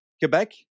Quebec